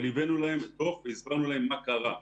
אבל הבאנו להם דוח והסברנו להם מה קרה.